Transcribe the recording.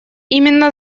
именно